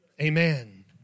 Amen